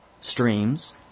streams